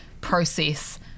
process